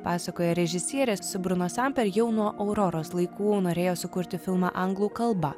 pasakojo režisierė su bruno samper jau nuo auroros laikų norėjo sukurti filmą anglų kalba